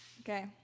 Okay